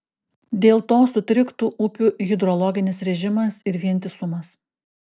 dėl to sutriktų upių hidrologinis režimas ir vientisumas